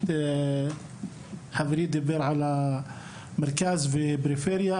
חברי דיבר על המרכז והפריפריה,